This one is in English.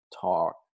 talk